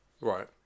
Right